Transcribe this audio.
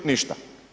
Ništa.